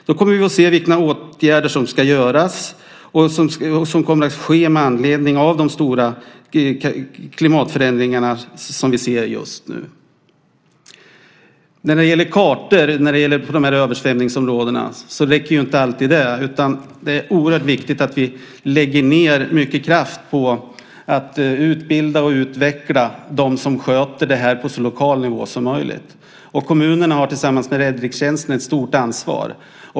Då kommer vi att se vilka åtgärder som ska göras och som kommer att ske med anledning av de stora klimatförändringar som vi ser just nu. Kartor över översvämningsområdena räcker inte alltid, utan det är oerhört viktigt att vi lägger mycket kraft på att utbilda och utveckla dem som sköter det här på så lokal nivå som möjligt. Kommunerna har tillsammans med räddningstjänsten ett stort ansvar.